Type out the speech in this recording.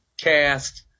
Cast